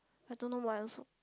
I don't know why also